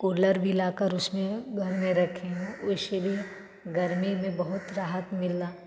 cooler भी लाकर उसके घर में रखी उसमें गर्मी में बहुत राहत मिला